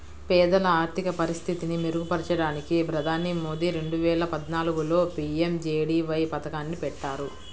పేదల ఆర్థిక పరిస్థితిని మెరుగుపరచడానికి ప్రధాని మోదీ రెండు వేల పద్నాలుగులో పీ.ఎం.జే.డీ.వై పథకాన్ని పెట్టారు